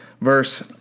verse